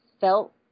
felt